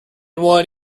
one